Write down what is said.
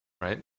right